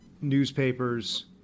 newspapers